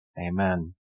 Amen